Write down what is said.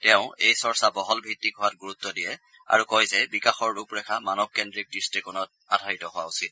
তেওঁ এই চৰ্চা বহল ভিত্তিক হোৱাত গুৰুত্ব দিয়ে আৰু কয় যে বিকাশৰ ৰূপ ৰেখা মানৱকেন্দ্ৰিক দৃষ্টিকোণত আধাৰিত হোৱা উচিত